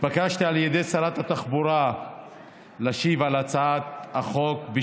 התבקשתי על ידי שרת התחבורה להשיב בשמה על הצעת החוק.